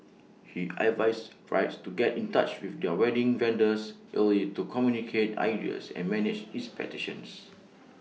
he advises brides to get in touch with their wedding vendors early to communicate ideas and manage expectations